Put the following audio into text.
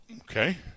Okay